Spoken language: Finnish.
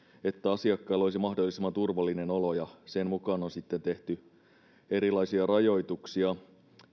että asiakkailla olisi mahdollisimman turvallinen olo ja sen mukaan on sitten tehty erilaisia rajoituksia